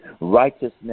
Righteousness